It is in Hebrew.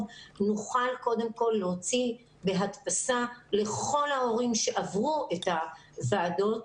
נוכל קודם כל להוציא בהדפסה לכל ההורים שעברו את הוועדות,